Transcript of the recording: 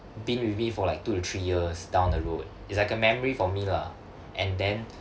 been with me for like two to three years down the road it's like a memory for me lah and then